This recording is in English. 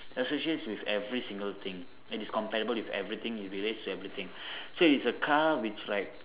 associates with every single thing it is compatible with everything it relates to every thing so it's a car which like